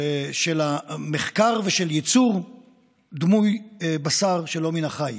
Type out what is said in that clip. של המחקר ושל ייצור דמוי בשר שלא מן החי.